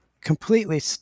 completely